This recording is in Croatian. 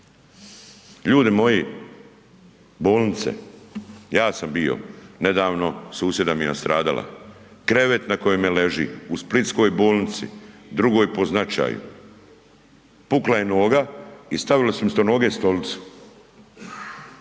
ljudi moji bolnice, ja sam bio nedavno susjeda mi je nastradala, krevet na kojem leži u Splitskoj bolnici drugoj po značaju, pukla je noga i stavili su umjesto noge stolicu.